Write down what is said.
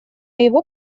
его